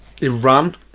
Iran